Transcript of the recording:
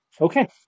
okay